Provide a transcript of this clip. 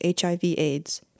HIV/AIDS